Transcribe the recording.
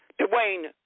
Dwayne